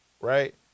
right